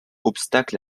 obstacle